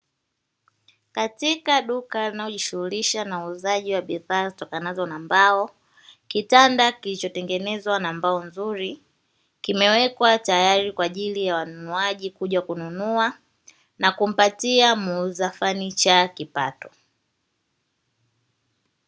Katika duka linalojishughulisha na uuzaji wa bidhaa zitokanazo na mbao, kitanda kilichotengenezwa na mbao nzuri kimewekwa tayari kwa ajili ya wanunuaji kuja kununua, na kumpatia muuza fanicha kipato.